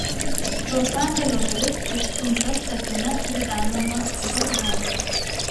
pro sandėlio duris išstumta statinė ridenama baržon